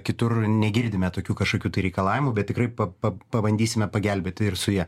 kitur negirdime tokių kažkokių reikalavimų bet tikrai pa pa pabandysime pagelbėti ir su ja